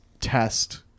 test